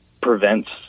prevents